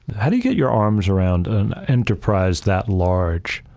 how do you get your arms around an enterprise that large?